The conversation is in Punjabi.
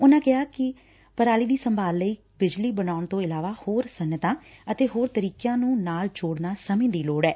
ਉਨਾਂ ਕਿਹਾ ਕਿ ਪਰਾਲੀ ਦੀ ਸੰਭਾਲ ਲਈ ਬਿਜਲੀ ਬਣਾਉਣ ਤੋਂ ਇਲਾਵਾ ਹੋਰ ਸਨੱਅਤਾ ਅਤੇ ਹੋਰ ਤਰੀਕਿਆ ਨੂੰ ਨਾਲ ਜੋੜਨਾ ਸਮੇਂ ਦੀ ਲੋੜ ਐ